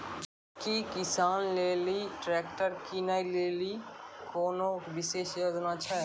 कि किसानो लेली ट्रैक्टर किनै लेली कोनो विशेष योजना छै?